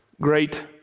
great